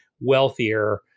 wealthier